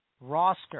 roster